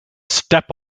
step